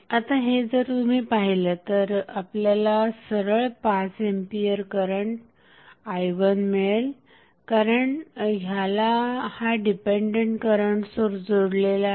आता हे जर तुम्ही पाहिलं तर आपल्याला सरळ 5 एंपियर करंटi1 मिळेल कारण ह्याला हा इंडिपेंडेंट करंट सोर्स जोडलेला आहे